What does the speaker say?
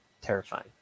Terrifying